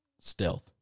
Stealth